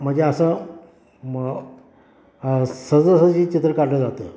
म्हणजे असं म सहजासहजी चित्र काढलं जातं